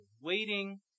waiting